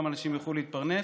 גם אנשים יוכלו להתפרנס